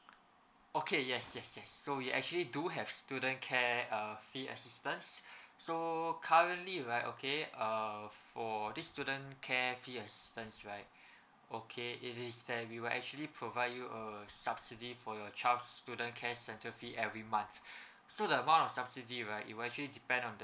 okay yes yes yes so we actually do have student care uh fee assistants so currently right okay err for the student care fee assistance right okay it is that we will actually provide you a subsidy for your child's student care centre fee every month so the amount of subsidy right it will actually depend on the